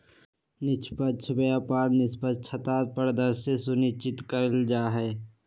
निष्पक्ष व्यापार द्वारा निष्पक्षता, पारदर्शिता सुनिश्चित कएल जाइ छइ